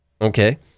okay